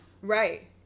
Right